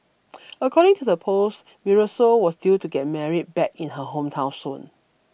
according to the post Marisol was due to get married back in her hometown soon